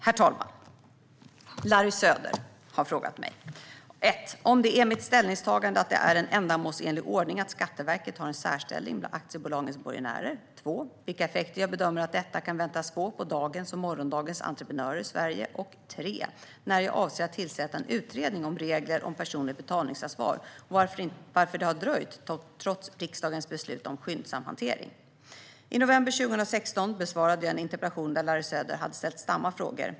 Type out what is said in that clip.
Herr talman! Larry Söder har frågat mig om det är mitt ställningstagande att det är en ändamålsenlig ordning att Skatteverket har en särställning bland aktiebolagens borgenärer vilka effekter jag bedömer att detta kan väntas få på dagens och morgondagens entreprenörer i Sverige när jag avser att tillsätta en utredning om regler om personligt betalningsansvar, och varför det har dröjt trots riksdagens beslut om skyndsam hantering. I november 2016 besvarade jag en interpellation där Larry Söder hade ställt samma frågor.